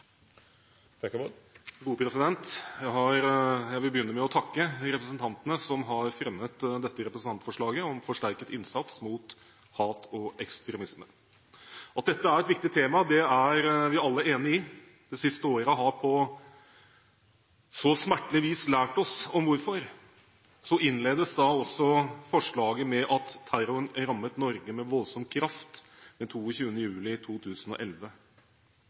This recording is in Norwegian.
Jeg vil begynne med å takke representantene som har fremmet dette representantforslaget om forsterket innsats mot hat og ekstremisme. At dette er et viktig tema, det er vi alle enige om. Det siste året har på så smertelig vis lært oss om hvorfor. Så innledes da også forslaget med at «terroren rammet Norge med voldsom kraft den 22. juli 2011.»